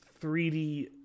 3D